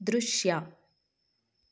ದೃಶ್ಯ